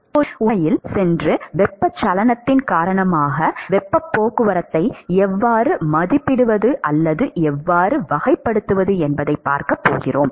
இப்போது நாம் உண்மையில் சென்று வெப்பச்சலனத்தின் காரணமாக வெப்பப் போக்குவரத்தை எவ்வாறு மதிப்பிடுவது அல்லது எவ்வாறு வகைப்படுத்துவது என்பதைப் பார்க்கப் போகிறோம்